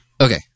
Okay